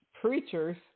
preachers